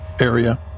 area